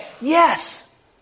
Yes